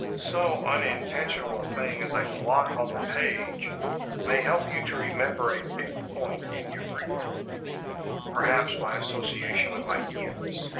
so unintentional a thing as a blot on the page may help you to remember a big point in your brief perhaps by association of ideas.